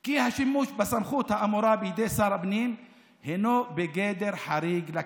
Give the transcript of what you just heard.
כי השימוש בסמכות האמורה בידי שר הפנים הינו בגדר חריג לכלל,